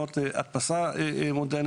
לא אני,